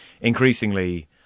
increasingly